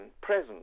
present